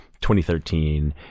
2013